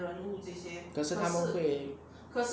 可是他们会